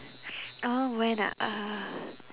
um when ah uh